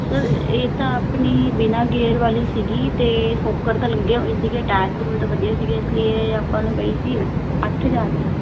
sir ਇਹ ਤਾਂ ਆਪਣੀ ਬਿਨਾਂ ਗੇਅਰ ਵਾਲੀ ਸੀਗੀ ਅਤੇ ਸ਼ੋਕਰ ਤਾਂ ਲੱਗਿਆ ਹੋਈ ਸੀਗੀ ਟਾਇਰ ਟੂਰ ਤਾਂ ਵਧੀਆ ਸੀਗੇ ਇਸ ਲਈ ਆਪਾਂ ਨੂੰ ਪਈ ਸੀ ਅੱਠ ਹਜ਼ਾਰ ਦੀ